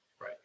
Right